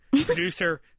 producer